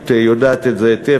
את יודעת את זה היטב,